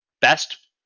best